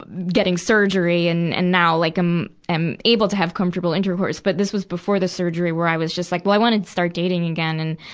getting surgery. and, and now like i'm, am able to have comfortable intercourse. but this was before the surgery, where i was just like, well i wanna start dating again. and,